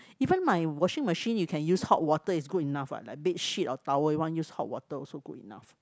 even my washing machine you can use hot water is good enough what like bed sheet or towel you want use hot water also good enough